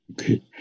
Okay